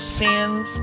sins